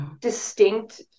distinct